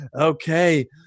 Okay